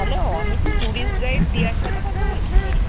hello আমি tourist guide দিয়ার সাথে কথা বলছি